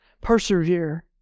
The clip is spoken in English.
Persevere